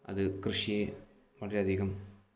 അത് കൃഷിയെ വളരെ അധികം